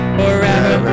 forever